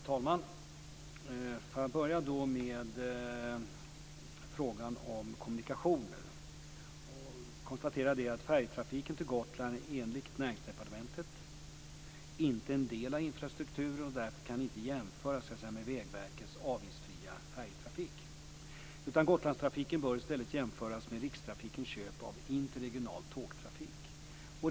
Herr talman! Jag börjar med frågan om kommunikationer och konstaterar att färjetrafiken till Gotland enligt Näringsdepartementet inte är en del av infrastrukturen och därför inte kan jämföras med Vägverkets avgiftsfria färjetrafik. Gotlandstrafiken bör i stället jämföras med Rikstrafikens köp av interregional tågtrafik.